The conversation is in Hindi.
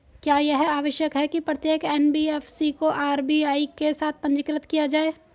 क्या यह आवश्यक है कि प्रत्येक एन.बी.एफ.सी को आर.बी.आई के साथ पंजीकृत किया जाए?